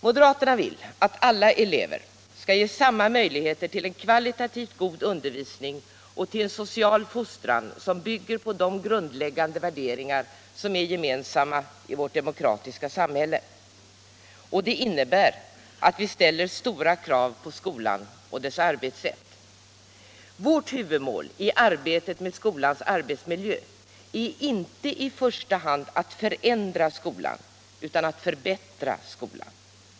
Moderaterna vill att alla elever skall ges samma möjligheter till en kvalitativt god undervisning och till en social fostran som bygger på de grundläggande värderingar som är gemensamma i vårt demokratiska samhälle. Det innebär att vi ställer stora krav på skolan och dess arbetssätt. Vårt huvudmål i arbetet med skolans arbetsmiljö är inte i första hand att förändra skolan utan att förbättra den.